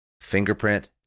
fingerprint